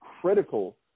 critical